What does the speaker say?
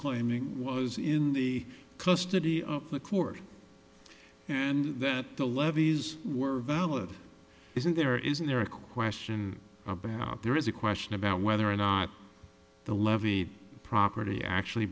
claiming was in the custody of the court and that the levees were valid isn't there isn't there a question about there is a question about whether or not the levy property actually